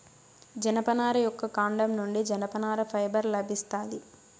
జనపనార మొక్క కాండం నుండి జనపనార ఫైబర్ లభిస్తాది